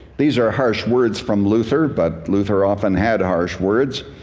these are harsh words from luther, but luther often had harsh words.